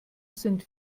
sind